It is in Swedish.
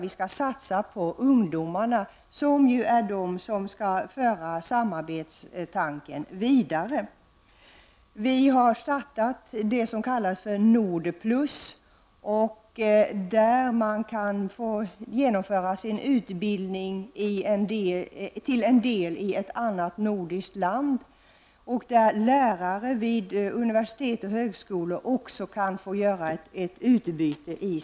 Vi skall satsa på ungdomarna som ju är de som skall föra samarbetstanken vidare. Vi har startat det som har kallats för NORD-PLUS, som innebär att man till en del kan få genomföra sin utbildning i ett annat nordiskt land och där lärare vid universitet och högskolor också kan ha utbyte.